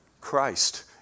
Christ